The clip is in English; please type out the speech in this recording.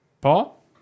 Paul